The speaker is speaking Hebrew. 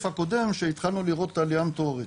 הקודם שהתחלנו לראות את העלייה המטאורית.